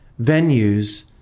venues